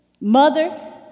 mother